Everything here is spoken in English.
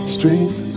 Streets